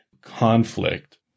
conflict